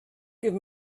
give